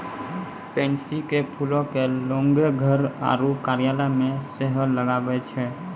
pansy के फूलो के लोगें घर आरु कार्यालय मे सेहो लगाबै छै